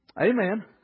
Amen